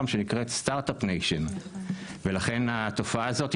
שנקראת סטארט-אפ ניישן ולכן התופעה הזאת,